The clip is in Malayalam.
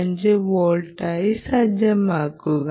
5 വോൾട്ടായി സജ്ജമാക്കുക